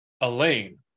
Elaine